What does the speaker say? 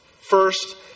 First